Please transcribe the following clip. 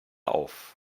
auf